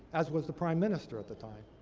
as was the prime minister at the time.